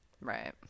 Right